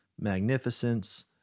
magnificence